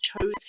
chose